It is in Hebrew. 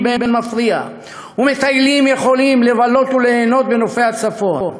באין מפריע ומטיילים יכולים לבלות וליהנות בנופי הצפון.